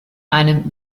einem